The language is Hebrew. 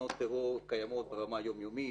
ניסיונות טרור קיימים ברמה היומיומית